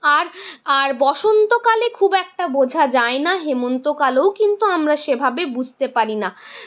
আর আর বসন্তকালে খুব একটা বোঝা যায় না হেমন্ত কালেও কিন্তু আমরা সেভাবে বুঝতে পারি না